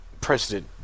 President